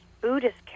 Buddhist